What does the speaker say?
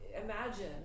imagine